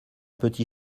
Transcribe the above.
petit